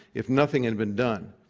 if nothing had been done,